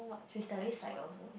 she study psych also